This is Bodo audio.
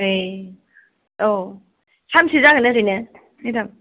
ए औ सानबेसे जागोन ओरैनो मेदाम